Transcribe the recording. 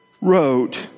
wrote